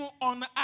on